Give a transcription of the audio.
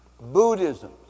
buddhism